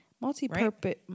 Multi-purpose